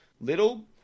little